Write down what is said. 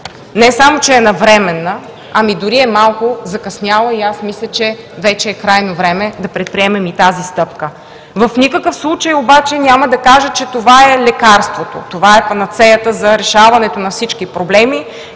не само че е навременна, но дори е малко закъсняла и аз мисля, че вече е крайно време да предприемем и тази стъпка. В никакъв случай обаче няма да кажа, че това е лекарството, това е панацеята за решаването на всички проблеми